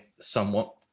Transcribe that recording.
somewhat